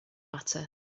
matter